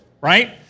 right